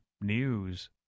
News